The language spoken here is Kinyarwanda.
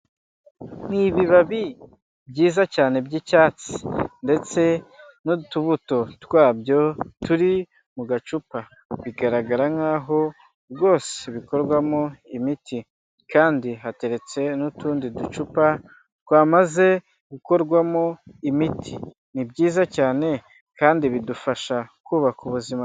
Ni ibibabi byiza cyane by'icyatsi ndetse n'utubuto twabyo turi mu gacupa, bigaragara nk'aho bwose bikorwamo imiti, kandi hateretse n'utundi ducupa twamaze gukorwamo imiti, ni byiza cyane kandi bidufasha kubaka ubuzima.